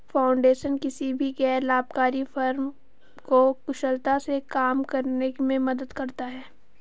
foundation किसी भी गैर लाभकारी फर्म को कुशलता से काम करने में मदद करता हैं